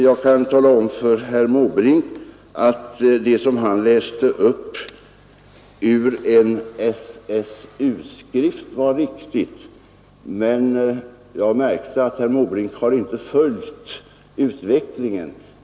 Jag kan tala om för herr Måbrink att det citat han läste upp ur en SSU-skrift var riktigt, men jag lade märke till att herr Måbrink inte har följt utvecklingen.